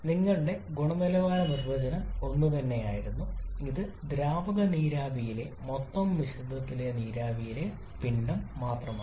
നിങ്ങളുടെ ഗുണനിലവാര നിർവചനം ഒന്നുതന്നെയായിരുന്നു ഇത് ദ്രാവക നീരാവിയിലെ മൊത്തം മിശ്രിതത്തിലെ നീരാവിയിലെ പിണ്ഡം മാത്രമാണ്